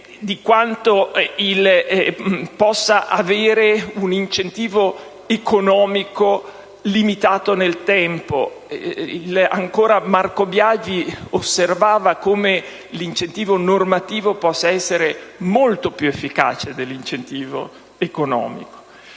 di quanto possa avere un incentivo economico limitato nel tempo. Ancora Marco Biagi osservava come l'incentivo normativo possa essere molto più efficace dell'incentivo economico.